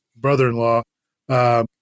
brother-in-law